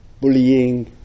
bullying